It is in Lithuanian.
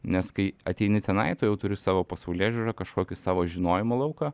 nes kai ateini tenai tu jau turi savo pasaulėžiūrą kažkokį savo žinojimo lauką